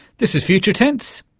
this is future tense,